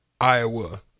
Iowa